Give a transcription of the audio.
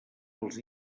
els